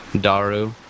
Daru